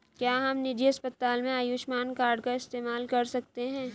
क्या हम निजी अस्पताल में आयुष्मान कार्ड का इस्तेमाल कर सकते हैं?